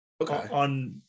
Okay